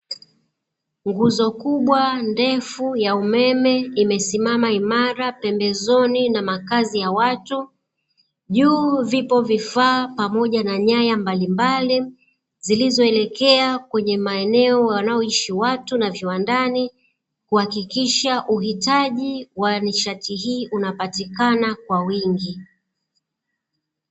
Nguzo kubwa ndefu ya umeme imesimama imara pembezoni na makazi ya watu, juu vipo vifaa pamoja na nyaya mbalimbali, zilizoelekea kwenye maeneo wanaoishi watu na viwandani, kuhakikisha uhitaji wa nishati hii unapatikana kwa wingi.